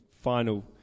final